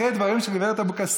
אחרי דברים של הגב' אבקסיס,